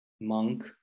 monk